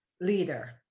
leader